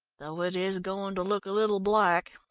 though it is going to look a little black.